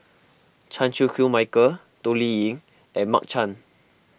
Chan Chew Koon Michael Toh Liying and Mark Chan